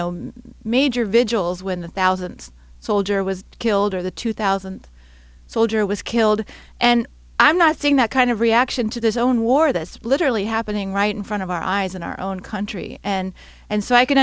know major vigils when the thousands soldier was killed or the two thousand soldier was killed and i'm not seeing that kind of reaction to this own war that's literally happening right in front of our eyes in our own country and and so i can